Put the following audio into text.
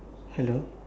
hello